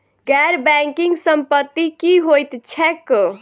गैर बैंकिंग संपति की होइत छैक?